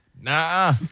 Nah